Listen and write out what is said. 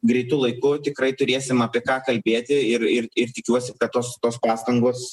greitu laiku tikrai turėsim apie ką kalbėti ir ir ir tikiuosi kad tos tos pastangos